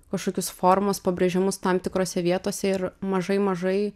kažkokius formos pabrėžimus tam tikrose vietose ir mažai mažai